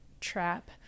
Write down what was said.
trap